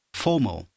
formal